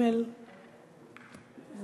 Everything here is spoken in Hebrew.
2127, 2172, 2145, 2180, 2188, 2189,